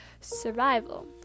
survival